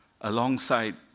alongside